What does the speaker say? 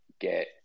get